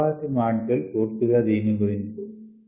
తర్వాతి మాడ్యూల్ పూర్తిగా దీని గురించే